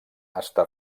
està